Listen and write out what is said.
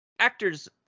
actors